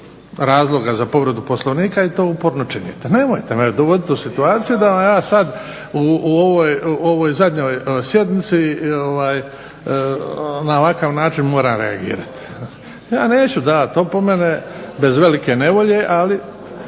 razloga za povredu Poslovnika i ti uporno činite. Nemojte me dovoditi do situacije da vam ja sada u ovoj zadnjoj sjednici na ovakav način moram reagirati. Ja neću davati opomene bez velike nevolje ali